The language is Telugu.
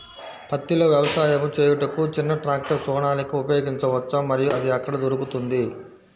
పత్తిలో వ్యవసాయము చేయుటకు చిన్న ట్రాక్టర్ సోనాలిక ఉపయోగించవచ్చా మరియు అది ఎక్కడ దొరుకుతుంది?